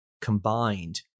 combined